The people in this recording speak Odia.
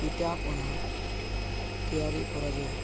ପିଠାପଣା ତିଆରି କରାଯାଏ